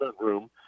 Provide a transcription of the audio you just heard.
room